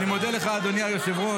אתה נחמד מאוד, אבל נגמר לך הזמן.